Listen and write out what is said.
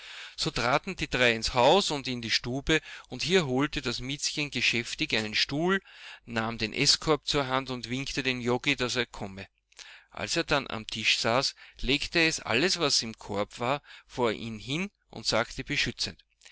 so traten die drei ins haus und in die stube und hier holte das miezchen geschäftig einen stuhl nahm den eßkorb zur hand und winkte dem joggi daß er komme als er dann am tische saß legte es alles was im korb war vor ihn hin und sagte beschützend